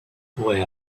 boy